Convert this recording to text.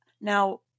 now